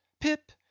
Pip